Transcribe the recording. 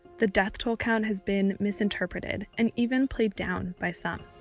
the death-toll count has been misinterpreted and even played down by some.